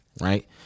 Right